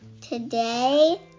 Today